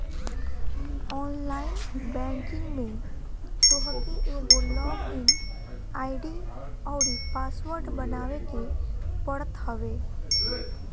online banking में तोहके एगो लॉग इन आई.डी अउरी पासवर्ड बनावे के पड़त हवे